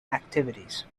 activities